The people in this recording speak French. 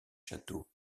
château